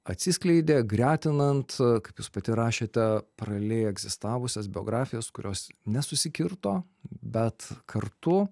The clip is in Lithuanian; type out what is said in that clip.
atsiskleidė gretinant kaip jūs pati rašėte paraliai egzistavusias biografijas kurios nesusikirto bet kartu